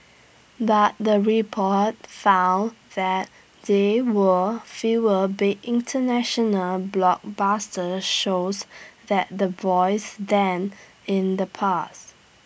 but the report found that there were fewer big International blockbuster shows like The Voice than in the past